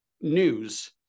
news